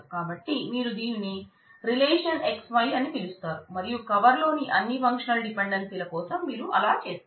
కాబట్టి మీరు దీనిని రిలేషన్ XY అని పిలుస్తారు మరియు కవర్లోని అన్ని ఫంక్షనల్ డిపెండెన్సీల కోసం మీరు అలా చేస్తారు